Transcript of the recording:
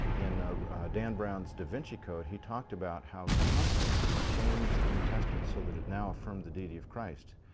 in dan brown's da vinci code, he talked about how constantine changed the new testament. so that it now affirmed the deity of christ.